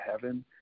heaven